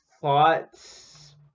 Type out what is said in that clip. thoughts